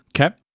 Okay